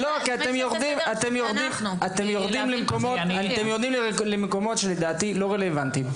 אתם יורדים למקומות שלדעתי לא רלוונטיים.